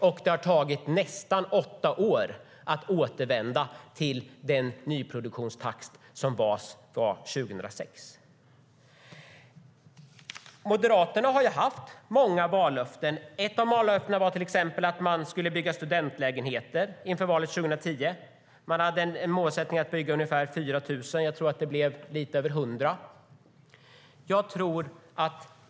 Och det har tagit nästan åtta år att återvända till den nyproduktionstakt som var 2006.Moderaterna har haft många vallöften. Inför valet 2010 var ett av dem till exempel att bygga studentlägenheter. Man hade en målsättning att bygga ungefär 4 000. Jag tror att det blev lite över 100.